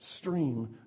stream